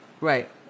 Right